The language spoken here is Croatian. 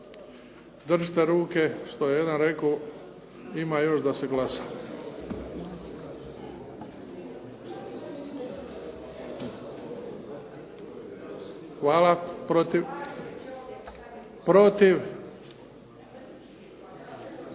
Držite ruke, što je jedan rekao. Ima još da se glasa. Hvala. Protiv?